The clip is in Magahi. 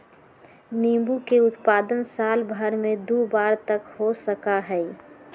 नींबू के उत्पादन साल भर में दु बार तक हो सका हई